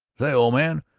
say, old man,